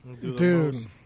Dude